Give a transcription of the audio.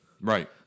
Right